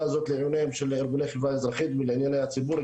הזאת לעיניהם של ארגוני חברה אזרחית ולעיני הציבור,